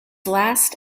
last